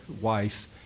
wife